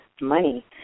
money